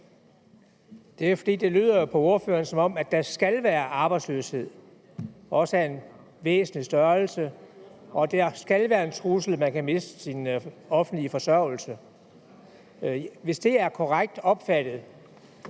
Det er, fordi det lyder på ordføreren, som om at der skal være arbejdsløshed – også af en væsentlig størrelse. Og der skal være en trussel om, at man kan miste sin offentlige forsørgelse. Hvis det er korrekt opfattet,